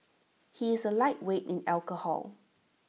he is A lightweight in alcohol